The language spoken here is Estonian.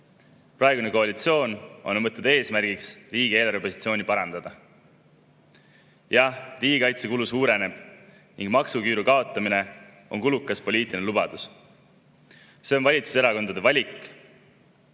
Praegune koalitsioon on võtnud eesmärgi riigi eelarvepositsiooni parandada. Jah, riigikaitsekulu suureneb ning maksuküüru kaotamine on kulukas poliitiline lubadus. See on valitsuserakondade valik,